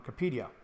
Wikipedia